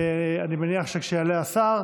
אני מניח שכשיעלה השר,